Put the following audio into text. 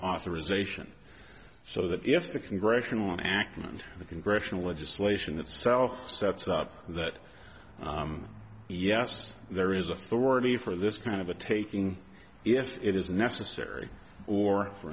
authorization so that if the congressional enactment of congressional legislation itself sets up that yes there is authority for this kind of a taking if it is necessary or for